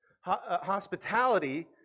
hospitality